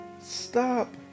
Stop